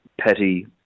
petty